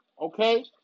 Okay